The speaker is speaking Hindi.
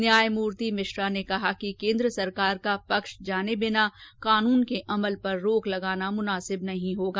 न्यायमूर्ति मिश्रा ने कहा कि केन्द्र सरकार का पक्ष जाने बिना कानून के अमल पर रोक लगाना मुनासिब नहीं होगा